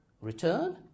return